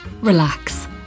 relax